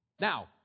Now